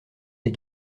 des